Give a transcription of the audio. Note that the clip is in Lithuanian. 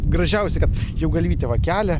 gražiausia kad jau galvytę va kelia